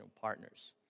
partners